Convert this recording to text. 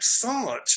thought